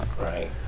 Right